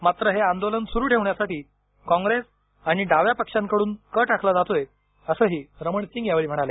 मात्र हे आंदोलन सुरू ठेवण्यासाठी कॉंग्रेस आणि डाव्या पक्षांकडून कट आखला जातोय असंही रमण सिंग यावेळी म्हणाले